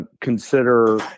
consider